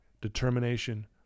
determination